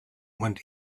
want